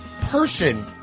person